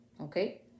okay